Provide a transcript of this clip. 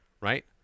right